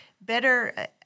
better